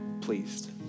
pleased